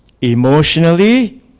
emotionally